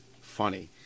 funny